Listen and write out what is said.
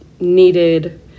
needed